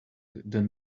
than